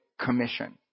Commission